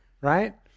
right